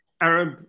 arab